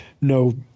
no